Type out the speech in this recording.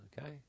Okay